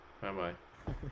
Bye-bye